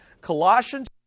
Colossians